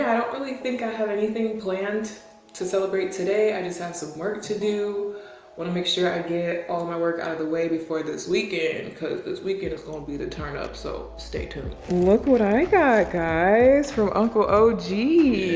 i don't really think i have anything planned to celebrate today. i just have some work to do. i wanna make sure i get all my work out of the way before this weekend. cause this weekend is gonna be the turn up. so stay tuned. look what i got guys from uncle og.